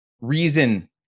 reason